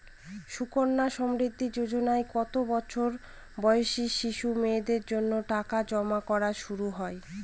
সুকন্যা সমৃদ্ধি যোজনায় কত বছর বয়সী শিশু মেয়েদের জন্য টাকা জমা করা শুরু হয়?